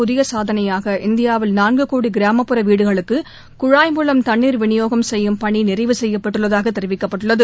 புதிய சாதனையாக இந்தியாவில் நான்கு கோடி கிராமப்புற வீடுகளுக்கு குழாய் மூலம் தண்ணீர் விநியோகம் செய்யும் பணி நிறைவு செய்யப்பட்டுள்ளதாக தெரிவிக்கப்பட்டுள்ளது